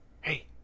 Hey